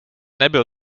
nebyl